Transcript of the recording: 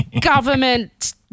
Government